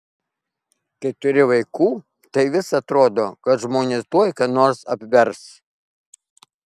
kai turi vaikų tai vis atrodo kad žmonės tuoj ką nors apvers